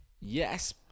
Yes